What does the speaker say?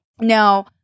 Now